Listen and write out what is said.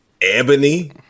Ebony